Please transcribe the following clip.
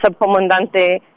subcomandante